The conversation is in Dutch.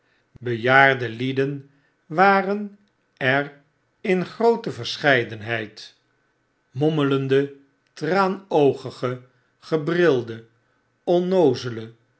bejaarde lieden waren er in groote verscheidenheid mommelende traanoogige gebrilde onnoozele